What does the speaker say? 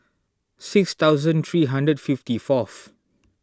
six thousand three hundred fifty fourth